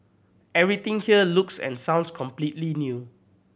everything here looks and sounds completely new